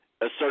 assert